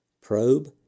Probe